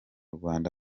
rwanda